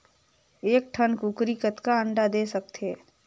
एक ठन कूकरी कतका अंडा दे सकथे?